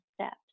steps